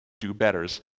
do-betters